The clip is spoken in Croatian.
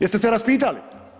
Jeste se raspitali?